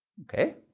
okay?